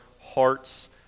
hearts